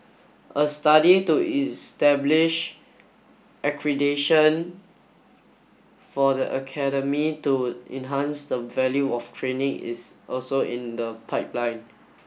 a study to establish accreditation for the academy to enhance the value of training is also in the pipeline